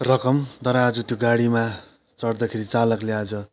रकम तर आज त्यो गाडीमा चढ्दाखेरि चालकले आज